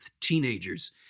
teenagers